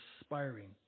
inspiring